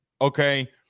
Okay